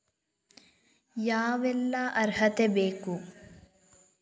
ಯಾವೆಲ್ಲ ಅರ್ಹತೆ ಬೇಕು?